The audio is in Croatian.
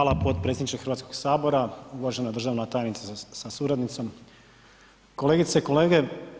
Hvala podpredsjedniče Hrvatskog sabora, uvažena državna tajnice sa suradnicom, kolegice i kolege.